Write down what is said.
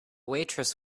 waitress